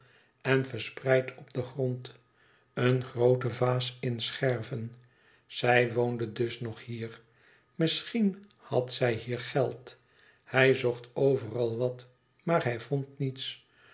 en verspreid op den grond een groote vaas in scherven zij woonde dus nog hier misschien had zij hier geld hij zocht overal wat maar hij vond niets